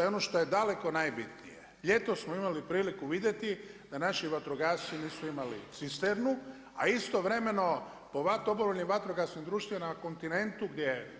I ono što je daleko najbitnije, ljetos smo imali priliku vidjeti da naši vatrogasci nisu imali cisternu, a istovremeno po dobrovoljnim vatrogasnim društvima na kontinentu gdje